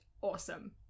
awesome